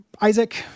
isaac